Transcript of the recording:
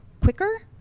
quicker